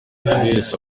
buriwese